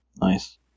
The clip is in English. Nice